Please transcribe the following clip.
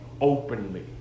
openly